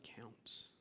counts